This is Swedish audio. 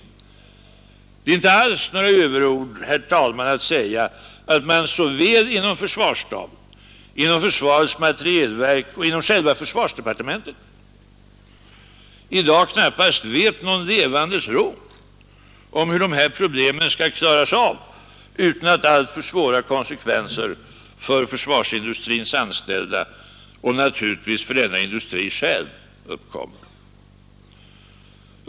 Det är inte alls några överord att säga att man såväl inom försvarsstaben som inom försvarets materielverk och inom själva försvarsdepartementet i dag knappast vet någon levandes råd om hur dessa problem skall klaras av utan alltför svåra konsekvenser för försvarsindustrins anställda och naturligtvis för denna industri själv.